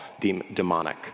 demonic